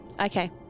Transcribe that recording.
okay